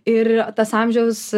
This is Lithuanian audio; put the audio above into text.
ir tas amžiaus